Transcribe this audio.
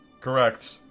Correct